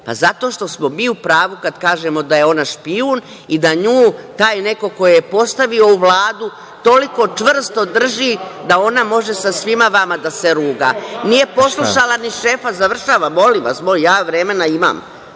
Zato što smo mi u pravu kada kažemo da je ona špijun i da nju taj neko ko je postavio u Vladu toliko čvrsto drži da ona može sa svima vama da se ruga. Nije poslušala ni šefa. Završavam, molim vas. Ja vremena imam.